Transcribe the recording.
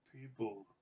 people